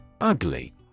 Ugly